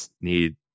need